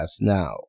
now